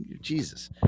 jesus